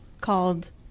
called